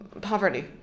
Poverty